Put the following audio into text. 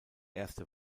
erste